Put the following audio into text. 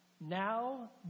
now